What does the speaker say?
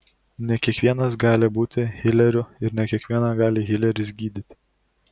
ne kiekvienas gali būti hileriu ir ne kiekvieną gali hileris gydyti